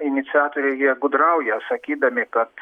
iniciatoriai jie gudrauja sakydami kad